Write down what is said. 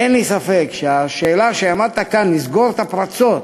אין לי ספק שהשאלה שהעמדת כאן, לסגור את הפרצות,